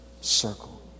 circle